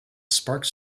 sparks